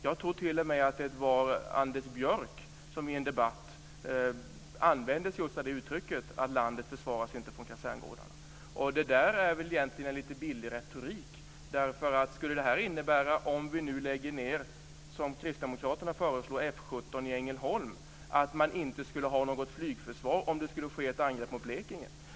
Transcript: Jag tror t.o.m. att det var Anders Björck som i en debatt använde just det uttrycket, att landet inte försvaras från kaserngårdarna. Det här är egentligen lite billig retorik. Om vi nu lägger ned, som Kristdemokraterna föreslår, F 17 i Ängelholm, skulle det innebära att vi inte skulle ha något flygförsvar i Blekinge om det skulle ske ett angrepp mot Blekinge?